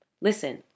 listen